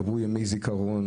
עברו ימי זיכרון.